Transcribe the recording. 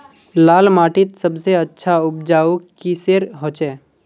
लाल माटित सबसे अच्छा उपजाऊ किसेर होचए?